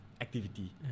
activity